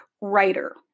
writer